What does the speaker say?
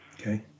Okay